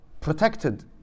protected